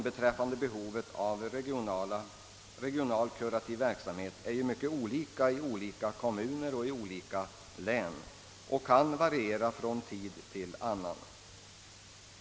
Behovet av regional kurativ verksamhet är ju mycket olika i olika kommuner och län och kan också variera från tid till annan.